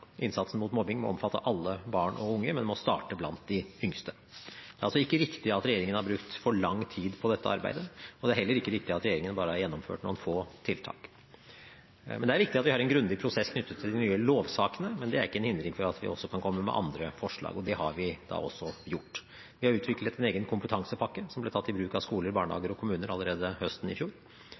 Innsatsen mot mobbing må omfatte alle barn og unge, men må starte blant de yngste. Det er altså ikke riktig at regjeringen har brukt for lang tid på dette arbeidet, og det er heller ikke riktig at regjeringen bare har gjennomført noen få tiltak. Det er viktig at vi har en grundig prosess knyttet til de nye lovsakene, men det er ikke en hindring for at vi kan komme med andre forslag, og det har vi også gjort. Vi har utviklet en egen kompetansepakke som ble tatt i bruk av skoler, barnehager og kommuner allerede høsten i fjor.